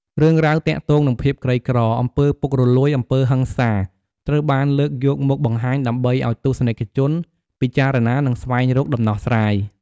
រឿងរ៉ាវទាក់ទងនឹងភាពក្រីក្រ អំពើពុករលួយ អំពើហិង្សា ត្រូវបានលើកយកមកបង្ហាញ ដើម្បីឱ្យទស្សនិកជនពិចារណា និងស្វែងរកដំណោះស្រាយ ។